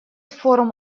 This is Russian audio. форум